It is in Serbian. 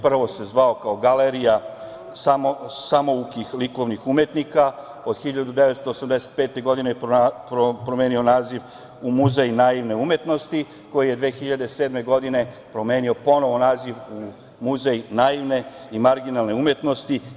Prvo se zvao Galerija samoukih likovnih umetnika, a od 1985. godine promenio je naziv u Muzej naivne umetnosti, koji je 2007. godine promenio ponovo naziv u Muzej naivne i marginalne umetnosti.